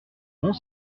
bons